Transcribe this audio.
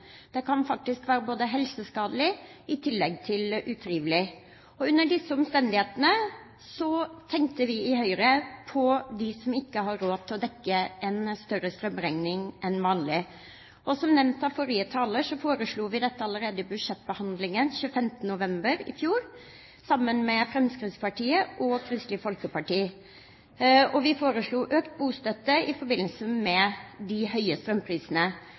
Det kan faktisk være helseskadelig, i tillegg til utrivelig. Under disse omstendighetene tenkte vi i Høyre på dem som ikke har råd til å dekke en større strømregning enn vanlig. Som nevnt av forrige taler, foreslo vi dette allerede i budsjettbehandlingen 25. november i fjor, sammen med Fremskrittspartiet og Kristelig Folkeparti. Vi foreslo økt bostøtte i forbindelse med de høye strømprisene.